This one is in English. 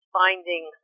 finding